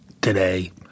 today